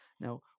Now